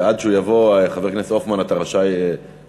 עד שהוא יבוא, חבר הכנסת הופמן, אתה רשאי להעיר.